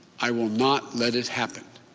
i will not let it happen.